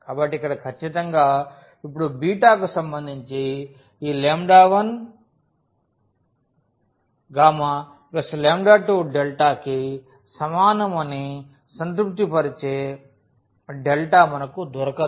కాబట్టి ఇక్కడ ఖచ్చితంగా ఇప్పుడు బీటాకు సంబంధించి ఈ 1γ 2కి సమానం అని సంతృప్తి పరిచే మనకు దొరకదు